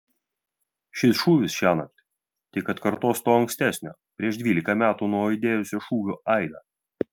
šis šūvis šiąnakt tik atkartos to ankstesnio prieš dvylika metų nuaidėjusio šūvio aidą